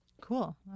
Cool